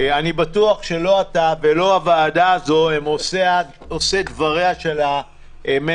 אני בטוח שלא אתה ולא הוועדה הזו הם עושי דברה של הממשלה